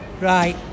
Right